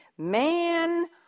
Man